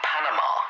Panama